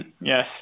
Yes